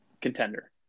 Contender